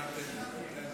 שלוש דקות.